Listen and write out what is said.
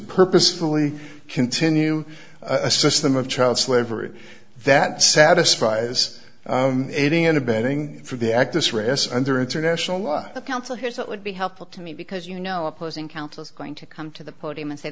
purposefully continue a system of child slavery that satisfies aiding and abetting for the actus reus under international law the council here's what would be helpful to me because you know opposing counsel is going to come to the podium and say